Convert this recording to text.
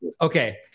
okay